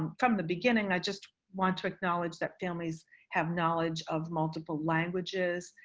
from the beginning, i just want to acknowledge that families have knowledge of multiple languages,